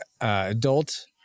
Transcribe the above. adult